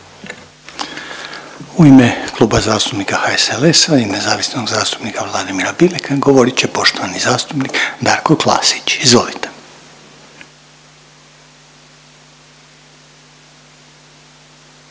U ime Kluba zastupnika HSLS-a i nezavisnog zastupnika Vladimira Bileka govorit će poštovani zastupnik Darko Klasić. Izvolite.